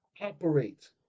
Operate